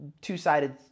two-sided